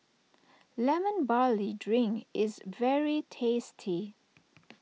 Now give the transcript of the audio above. Lemon Barley Drink is very tasty